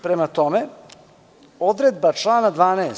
Prema tome, odredba člana 12.